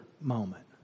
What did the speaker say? moment